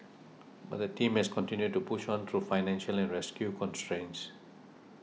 but the team has continued to push on through financial and rescue constraints